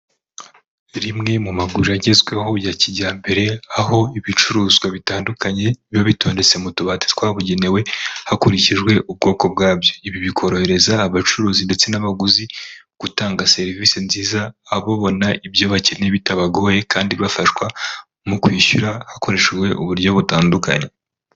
Rimwe mu maguriro agezweho ya kijyambere, aho ibicuruzwa bitandukanye, biba bitondetse mu tubati twabugenewe, hakurikijwe ubwoko bwabyo, ibi bikorohereza abacuruzi ndetse n'abaguzi gutanga serivisi nziza, babona ibyo bakeneye bitabagoye kandi bafashwa mu kwishyura, hakoreshejwe uburyo butandukanye.